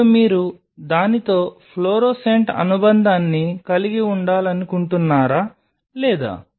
ఇప్పుడు మీరు దానితో ఫ్లోరోసెంట్ అనుబంధాన్ని కలిగి ఉండాలనుకుంటున్నారా లేదా